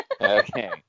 okay